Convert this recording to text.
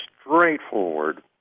straightforward